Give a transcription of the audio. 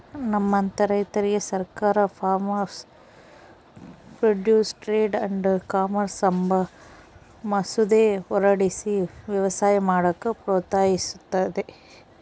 ನಮ್ಮಂತ ರೈತುರ್ಗೆ ಸರ್ಕಾರ farmers produce trade and commerce ಅಂಬ ಮಸೂದೆ ಹೊರಡಿಸಿ ವ್ಯವಸಾಯ ಮಾಡಾಕ ಪ್ರೋತ್ಸಹಿಸ್ತತೆ